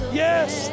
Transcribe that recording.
yes